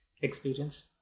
experience